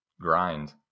grind